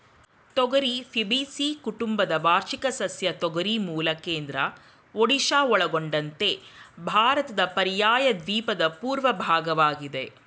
ತೊಗರಿ ಫ್ಯಾಬೇಸಿಯಿ ಕುಟುಂಬದ ವಾರ್ಷಿಕ ಸಸ್ಯ ತೊಗರಿ ಮೂಲ ಕೇಂದ್ರ ಒಡಿಶಾ ಒಳಗೊಂಡಂತೆ ಭಾರತದ ಪರ್ಯಾಯದ್ವೀಪದ ಪೂರ್ವ ಭಾಗವಾಗಿದೆ